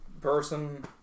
person